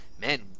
man